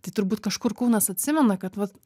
tai turbūt kažkur kūnas atsimena kad va